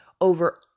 over